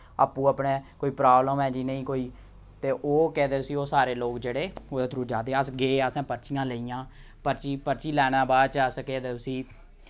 आपूं अपने कोई प्राब्लम ऐ जि'नें ई कोई ते ओह् केह् आखदे उसी ओह् सारे लोक जेह्ड़े ओह्दे थ्रू जा दे अस गे असें पर्चियां लेइयां पर्ची पर्ची लैने दे बाद च अस केह् आखदे उसी